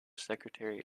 secretary